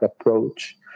approach